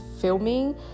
filming